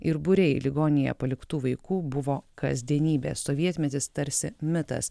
ir būriai ligoninėje paliktų vaikų buvo kasdienybė sovietmetis tarsi mitas